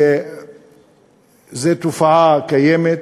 שזאת תופעה קיימת.